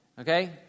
Okay